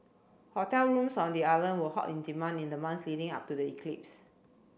hotel rooms on the island were hot in demand in the months leading up to the eclipse